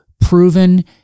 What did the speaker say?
proven